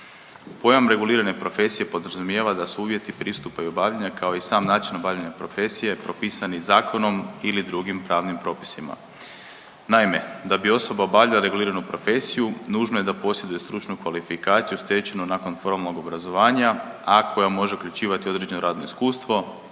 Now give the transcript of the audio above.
Pojam regulirane profesije podrazumijeva da su uvjeti pristupa i obavljanja kao i sam način obavljanja profesije, propisani zakonom ili drugih pravnim propisima. Naime, da bi osoba obavljala reguliranu profesiju nužno je da posjeduje stručnu kvalifikaciju stečenu nakon formalnog obrazovanja, a koja može uključivati određeno radno iskustvo,